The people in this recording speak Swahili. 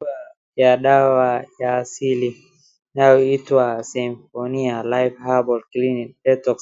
Chupa ya dawa ya asili. Inaitwa Symphonia Life Herbal Cleansing Detox .